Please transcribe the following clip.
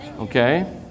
Okay